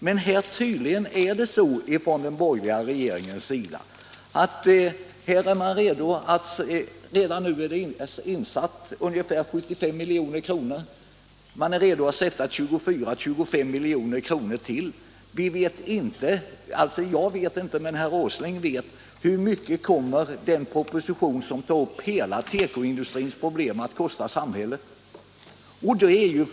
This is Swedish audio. Det har redan nu satsats ungefär 75 milj.kr. i dessa sammanhang. Den borgerliga regeringen är tydligen beredd att sätta in ytterligare 24-25 milj.kr. Jag vet inte hur mycket den proposition som tar upp hela tekoindustrins problem kommer att kosta samhället, men det känner herr Åsling till.